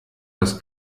das